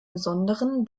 besonderen